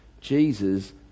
Jesus